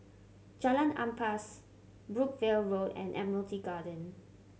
Jalan Ampas Brookvale Walk and Admiralty Garden